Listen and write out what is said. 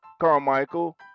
Carmichael